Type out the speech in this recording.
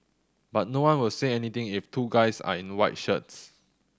but no one will say anything if two guys are in white shirts